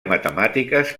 matemàtiques